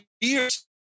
years